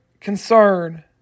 concern